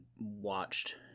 watched